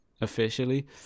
officially